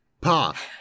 Pa